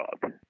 job